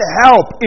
help